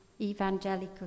Evangelical